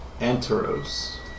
Anteros